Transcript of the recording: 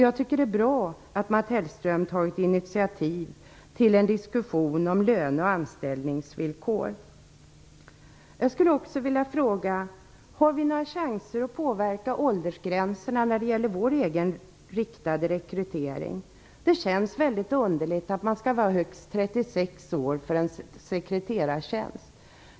Jag tycker att det är bra att Mats Hellström tagit initiativ till en diskussion om löne och anställningsvillkor. Jag skulle också vilja fråga: Har vi några chanser att påverka åldersgränserna när det gäller vår egen riktade rekrytering? Det känns väldigt underligt att man skall vara högst 36 år för en sekreterartjänst.